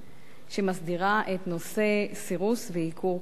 שמסדירה את נושא הסירוס והעיקור של כלבים.